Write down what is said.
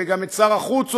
וגם שר החוץ,